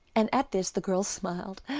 and at this the girls smiled,